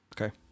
Okay